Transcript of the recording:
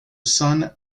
son